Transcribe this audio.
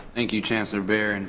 thank you, chancellor behr. and